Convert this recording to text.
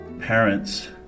Parents